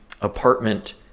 apartment